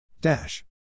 Dash